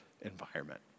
environment